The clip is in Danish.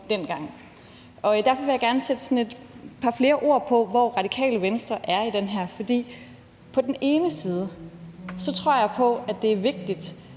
Derfor vil jeg gerne sætte lidt flere ord på, hvor det er, Radikale Venstre er i forhold til det her. På den ene side tror jeg på, at det er vigtigt,